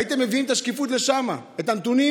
אם הייתם מביאים את השקיפות לשם, את הנתונים,